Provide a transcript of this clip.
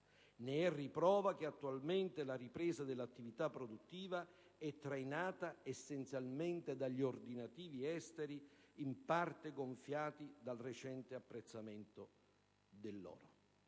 Ne è riprova il fatto che attualmente la ripresa dell'attività produttiva è trainata essenzialmente dagli ordinativi esteri, in parte gonfiati dal recente deprezzamento dell'euro.